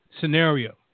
scenario